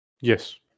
Yes